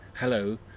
hello